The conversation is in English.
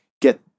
get